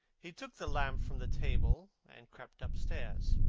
he took the lamp from the table and crept upstairs.